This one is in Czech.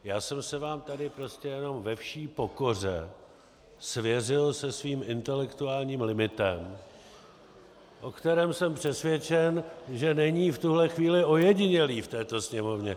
Já jsem se vám tady prostě jenom ve vší pokoře svěřil se svým intelektuálním limitem, o kterém jsem přesvědčen, že není v tuhle chvíli ojedinělý v této sněmovně.